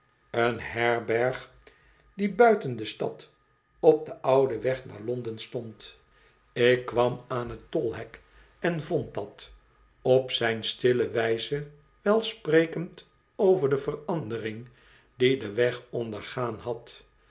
een herberg die buiten de stad op den ouden weg naar londen stond ik kwam aan t tolhek en vond dat op zijn stille wijze welsprekend over do verandering die de weg ondergaan had